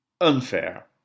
unfair